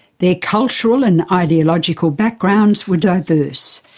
their cultural and ideological backgrounds were diverse.